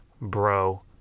bro